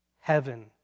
heaven